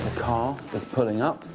um is pulling up.